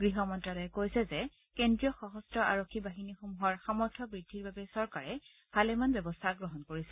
গহ মন্ত্যালয়ে কৈছে যে কেজ্ৰীয় সশস্ত্ৰ আৰক্ষী বাহিনীসমূহৰ সামৰ্থ বৃদ্ধিৰ বাবে চৰকাৰে ভালেমান ব্যৱস্থা গ্ৰহণ কৰিছে